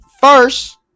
first